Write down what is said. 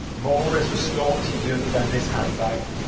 more is restored to you than this hand-bag.